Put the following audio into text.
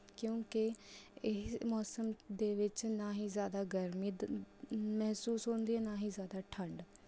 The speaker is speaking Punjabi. ਕਿਉਂਕਿ ਇਹ ਮੌਸਮ ਦੇ ਵਿੱਚ ਨਾ ਹੀ ਜ਼ਿਆਦਾ ਗਰਮੀ ਮਹਿਸੂਸ ਹੁੰਦੀ ਹੈ ਨਾ ਹੀ ਜ਼ਿਆਦਾ ਠੰਡ